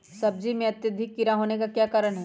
सब्जी में अत्यधिक कीड़ा होने का क्या कारण हैं?